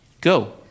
go